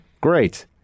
great